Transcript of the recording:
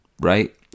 right